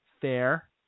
Fair